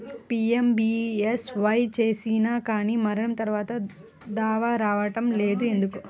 PMBSY చేసినా కానీ మరణం తర్వాత దావా రావటం లేదు ఎందుకు?